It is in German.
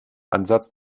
ansatz